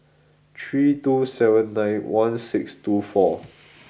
three two seven nine one six two four